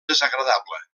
desagradable